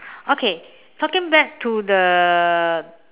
okay talking back to the